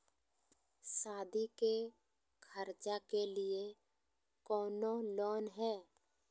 सादी के खर्चा के लिए कौनो लोन है?